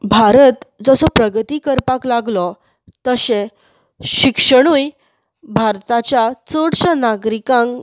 भारत जसो प्रगती करपाक लागलो तशें शिक्षणूय भारताच्या चडश्या नागरीकांक